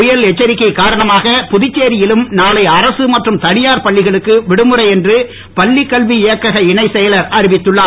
புயல் எச்சரிக்கை காரணமாக புதுச்சேரியிலும் நாளை அரசு மற்றும் தனியார் பள்ளிகளுக்கு விடுமுறை என்று பள்ளிக் கல்வி இயக்கக இணை இயக்குநர் அறிவித்துள்ளார்